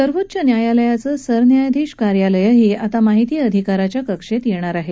सर्वोच्च न्यायालयाचं सरन्यायाधीश कार्यालयही आता माहिती अधिकाराच्या कक्षेत येणार आहे